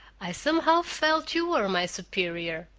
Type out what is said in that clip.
i somehow felt you were my superior,